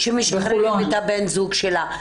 שמשחררים את בן הזוג שלה.